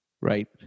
Right